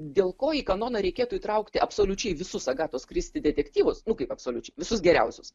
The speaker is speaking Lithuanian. dėl ko į kanoną reikėtų įtraukti absoliučiai visus agatos kristi detektyvus nu kaip absoliučiai visus geriausius